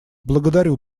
благодарю